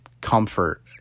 comfort